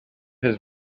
his